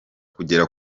kugera